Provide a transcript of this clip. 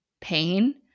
pain